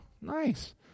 nice